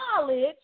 knowledge